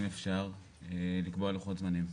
אם אפשר, לקבוע לוחות זמנים.